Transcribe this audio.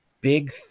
big